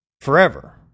forever